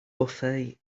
bwffe